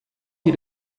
die